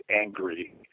angry